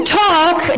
talk